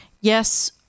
Yes